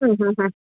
ഹ് ഹാ ഹാ